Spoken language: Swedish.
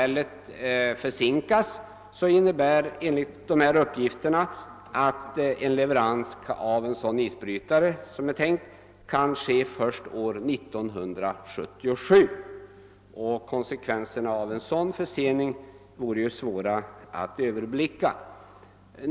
Skulle beställningen försinkas, betyder det, uppger man, att en leverans av den tänkta isbrytaren kan ske först år 1977. Konsekvenserna av en sådan försening är svåra att överblicka.